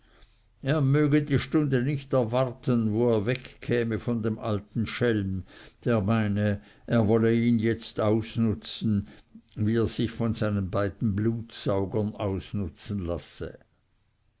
er möge die stunde nicht erwarten wo er wegkäme von dem alten schelm der meine er wolle ihn jetzt ausnutzen wie er sich von seinen beiden blutsaugern ausnutzen lasse